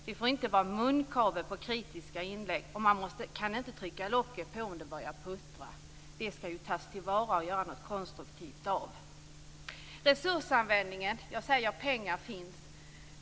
Det får inte sättas munkavle på dem som gör kritiska inlägg. Och man kan inte trycka locket på om det börjar puttra. Det skall ju tas till vara och göras något konstruktivt av. Beträffande resursanvändningen finns det pengar.